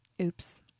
Oops